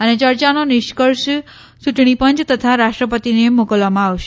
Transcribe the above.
અને ચર્ચાનો નિષ્કર્ષ યૂંટણી પંચ તથા રાષ્ટ્રપતિને મોકલવામાં આવશે